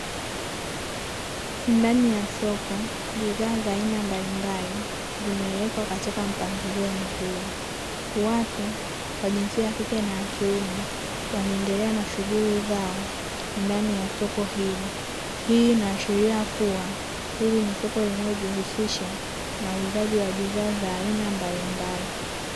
Ndani ya soko bidhaa za aina mbalimbali zimewekwa katika mpangilio mzuri. Watu wa jinsia ya kike na ya kiume wanaendelea na shughuli zao ndani ya soko hilo. Hii inaashiria kuwa hili ni soko linalojihusisha na uuzaji wa bidhaa za aina mbalimbali.